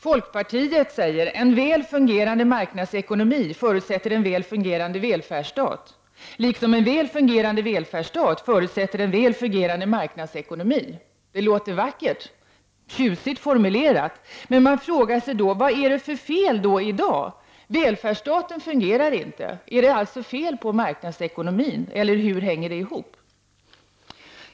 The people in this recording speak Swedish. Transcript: Folkpartiet säger ”att en väl fungerande marknadsekonomi förutsätter en välfärdsstat liksom att en väl fungerande välfärdsstat förutsätter en marknadsekonomi”. Det låter vackert och är tjusigt formulerat. Men man undrar: Vad är det för fel i dag? Välfärdsstaten fungerar inte. Innebär det att det är fel på marknadsekonomin, eller hur hänger det ihop?